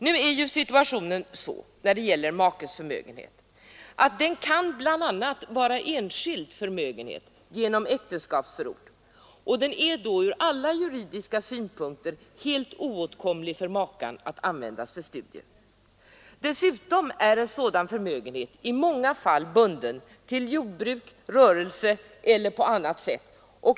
Nu är ju situationen den i fråga om makes förmögenhet att denna bl.a. kan vara enskild förmögenhet genom äktenskapsförord, och den är då ur alla juridiska synpunkter helt oåtkomlig för makan då det gäller att betala studiekostnader. Vidare är en sådan förmögenhet i många fall bunden till jordbruk eller rörelse eller på annat sätt.